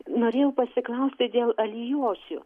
norėjau pasiklausti dėl alijošių